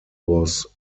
was